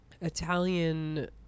Italian